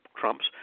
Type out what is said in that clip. trump's